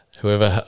whoever